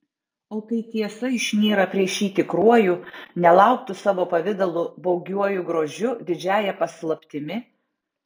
o kai tiesa išnyra prieš jį tikruoju nelauktu savo pavidalu baugiuoju grožiu didžiąja paslaptimi